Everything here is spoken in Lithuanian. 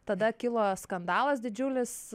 tada kilo skandalas didžiulis